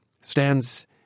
stands